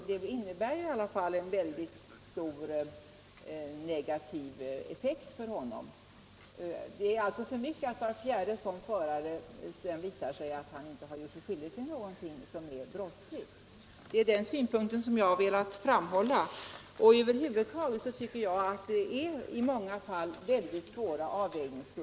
Detta har i alla fall en stor negativ effekt för honom. Det är denna synpunkt jag har velat framhålla. Över huvud taget tycker jag att det i dessa sammanhang ofta är väldigt svåra avvägningsfrågor.